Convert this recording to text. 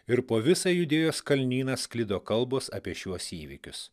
ir po visą judėjos kalnyną sklido kalbos apie šiuos įvykius